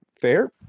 Fair